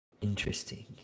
interesting